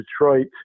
detroit